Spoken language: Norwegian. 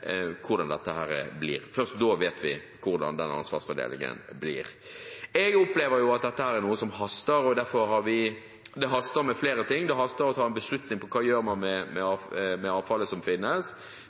hvordan dette blir. Først da vet vi hvordan den ansvarsfordelingen blir. Jeg opplever at dette er noe som haster. Det haster med flere ting. Det haster med å ta en beslutning om hva man gjør med avfallet som finnes, og hva slags type løsninger man velger, og så haster det med